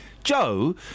joe